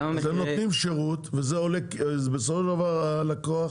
הם נותנים שירות ובסופו של דבר הלקוח